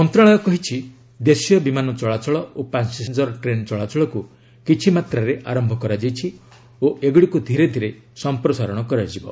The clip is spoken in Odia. ମନ୍ତ୍ରଣାଳୟ କହିଛି ଦେଶୀୟ ବିମାନ ଚଳାଚଳ ଓ ପାସେଞ୍ଜର ଟ୍ରେନ୍ ଚଳାଚଳକୁ କିଛିମାତ୍ରାରେ ଆରମ୍ଭ କରାଯାଇଛି ଓ ଏଗୁଡ଼ିକୁ ଧୀରେଧୀରେ ସଂପ୍ରସାରଣ କରାଯିବ